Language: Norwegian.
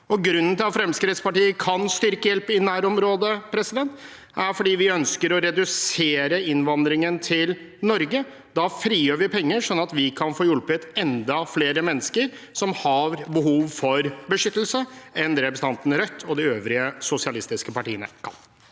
Grunnen til at Fremskrittspartiet kan styrke hjelp i nærområdet, er at vi ønsker å redusere innvandringen til Norge. Da frigjør vi penger sånn at vi kan få hjulpet enda flere mennesker som har behov for beskyttelse, enn det representanten fra Rødt og de øvrige sosialistiske partiene kan.